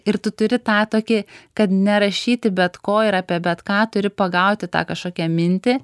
ir tu turi tą tokį kad nerašyti bet ko ir apie bet ką turi pagauti tą kažkokią mintį